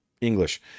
English